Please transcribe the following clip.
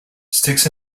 sticks